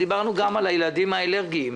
דיברנו גם על הילדים עם האלרגיה,